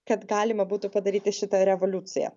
kad galima būtų padaryti šitą revoliuciją